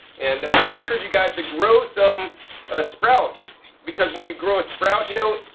and i encourage you guys to grow some ah sprouts because when you grow a sprout, you know,